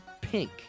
pink